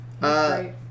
right